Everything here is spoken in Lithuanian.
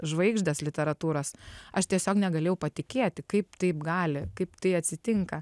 žvaigždės literatūros aš tiesiog negalėjau patikėti kaip taip gali kaip tai atsitinka